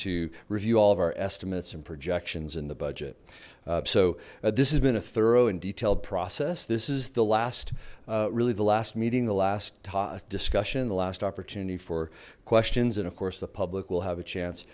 to review all of our estimates and projections in the budget so this has been a thorough and detailed process this is the last really the last meeting the last discussion the last opportunity for questions and of course the public will have a chance